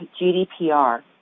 GDPR